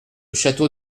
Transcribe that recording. château